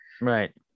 right